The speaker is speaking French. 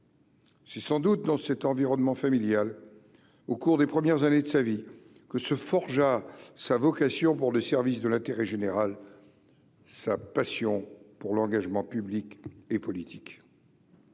C'est sans doute dans cet environnement familial au cours des premières années de sa vie que se forgea sa vocation pour le service de l'intérêt général, sa passion pour l'engagement public et politique.